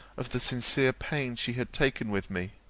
of the sincere pains she had taken with me.